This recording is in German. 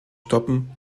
stoppen